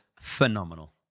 phenomenal